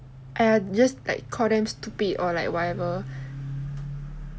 !aiya! just like call them stupid or like whatever